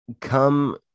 come